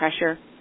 pressure